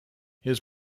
his